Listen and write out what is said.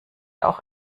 auch